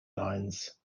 lines